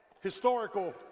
Historical